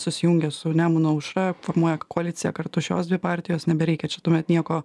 susijungė su nemuno aušra formuoja koaliciją kartu šios dvi partijos nebereikia čia tuomet nieko